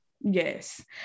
yes